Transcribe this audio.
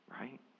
Right